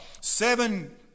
seven